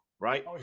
right